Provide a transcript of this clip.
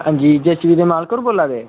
अंजी जेसीबी दे मालक होर बोल्ला दे